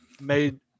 made